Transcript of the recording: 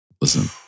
Listen